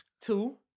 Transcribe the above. Two